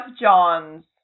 Johns